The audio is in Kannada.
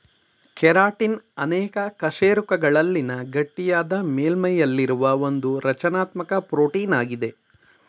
ಕೆರಾಟಿನ್ ಅನೇಕ ಕಶೇರುಕಗಳಲ್ಲಿನ ಗಟ್ಟಿಯಾದ ಮೇಲ್ಮೈಯಲ್ಲಿರುವ ಒಂದುರಚನಾತ್ಮಕ ಪ್ರೋಟೀನಾಗಿದೆ